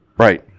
Right